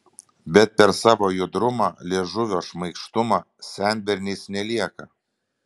bet per savo judrumą liežuvio šmaikštumą senberniais nelieka